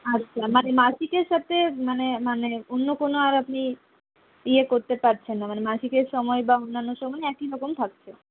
আচ্ছা মানে মাসিকের সাথে মানে মানে অন্য কোনও আর আপনি ইয়ে করতে পারছেন না মানে মাসিকের সময় বা অন্যান্য সময় একই রকম থাকছে